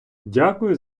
дякую